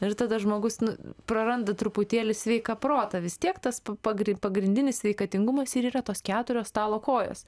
ir tada žmogus nu praranda truputėlį sveiką protą vis tiek tas pa pagrin pagrindinis sveikatingumas ir yra tos keturios stalo kojos